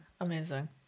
Amazing